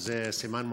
וזה סימן מעודד.